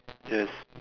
yes